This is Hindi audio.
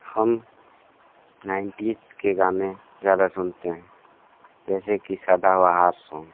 हम नाइनटीस के गाने ज़्यादा सुनते हैं जैसे कि सदाबहार सॉन्ग